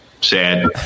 sad